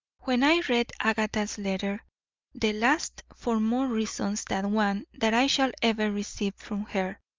when i read agatha's letter the last for more reasons than one that i shall ever receive from her